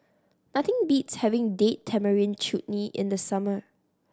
nothing beats having Date Tamarind Chutney in the summer